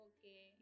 Okay